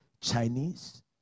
Chinese